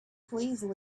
please